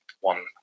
one